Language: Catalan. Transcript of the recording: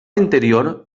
interior